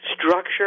structure